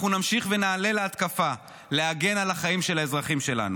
אנחנו נמשיך ונעלה להתקפה להגן על החיים של האזרחים שלנו.